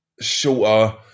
shorter